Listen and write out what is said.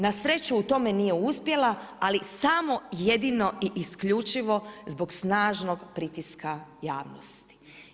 Na sreću u tome nije uspjela, ali samo jedino i isključivo zbog snažnog pritiska javnosti.